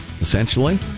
Essentially